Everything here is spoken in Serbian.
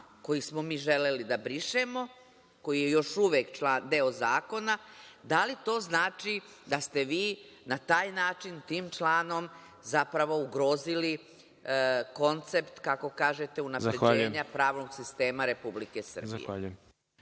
koji smo mi želeli da brišemo, koji je još uvek deo zakona, da li to znači da ste vi na taj način, tim članom zapravo ugrozili koncept, kako kažete, unapređenja pravnog sistema Republike Srbije?